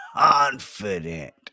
confident